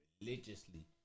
religiously